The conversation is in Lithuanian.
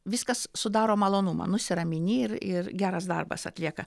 viskas sudaro malonumą nusiramini ir ir geras darbas atlieka